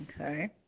Okay